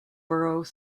borough